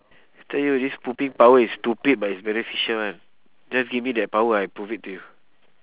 tell you this pooping power is stupid but is beneficial [one] just give me that power I prove it to you